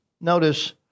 Notice